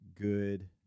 good